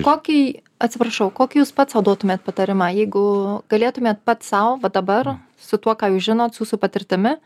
kokį atsiprašau kokį jūs pats duotumėt patarimą jeigu galėtumėt pats sau va dabar su tuo ką jūs žinot su su patirtimi